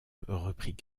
reprit